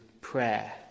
prayer